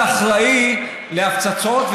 אחראי להפצצות,